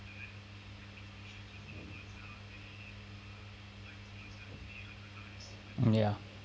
ya